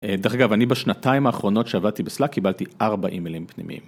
דרך אגב, אני בשנתיים האחרונות שעבדתי בסלאק קיבלתי 4 מילים פנימיים.